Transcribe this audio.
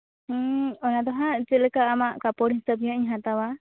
ᱦᱩᱸ ᱚᱱᱟ ᱫᱚ ᱦᱟᱸᱜ ᱪᱮᱫ ᱞᱮᱠᱟ ᱟᱢᱟᱜ ᱠᱟᱯᱚᱲ ᱦᱤᱥᱟᱹᱵ ᱜᱮ ᱦᱟᱸᱜ ᱤᱧ ᱦᱟᱛᱟᱣᱟ